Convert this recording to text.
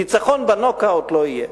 ניצחון בנוק-אאוט לא יהיה.